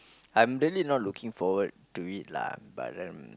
I'm really not looking forward to it lah but then